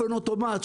אוטומטית.